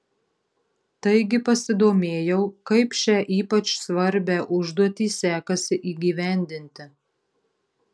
taigi pasidomėjau kaip šią ypač svarbią užduotį sekasi įgyvendinti